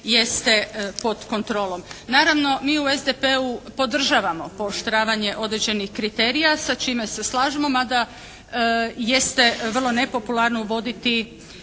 pod kontrolom. Naravno, mi u SDP-u podržavamo pooštravanje određenih kriterija sa čime se slažemo, mada jeste vrlo nepopularno uvoditi